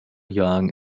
young